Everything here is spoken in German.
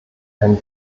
ein